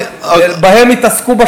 דקה,